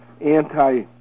anti